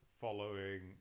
following